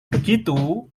begitu